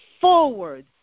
forward